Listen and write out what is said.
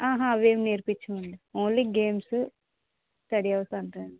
ఆహా అవేమి నేర్పించమండి ఓన్లీ గేమ్స్ స్టడి హవర్స్ అంతే